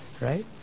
Right